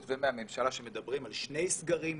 ומהממשלה שמדברים על שני סגרים נוספים,